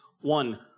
One